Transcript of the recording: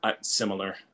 similar